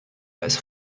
als